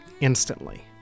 instantly